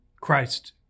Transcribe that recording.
Christ